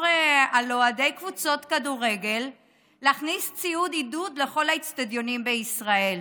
על אוהדי קבוצות כדורגל להכניס ציוד עידוד לכל האצטדיונים בישראל.